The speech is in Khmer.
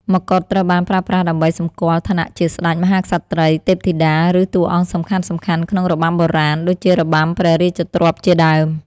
ម្កុដត្រូវបានប្រើប្រាស់ដើម្បីសម្គាល់ ឋានៈជាស្តេច មហាក្សត្រី ទេពធីតា ឬតួអង្គសំខាន់ៗក្នុងរបាំបុរាណ ដូចជារបាំព្រះរាជទ្រព្យជាដើម។